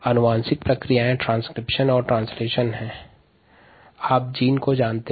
अनुवांशिक प्रक्रिया के अंतर्गत अनुलेखन और अनुवादन शामिल हैं